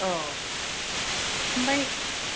अ ओमफ्राय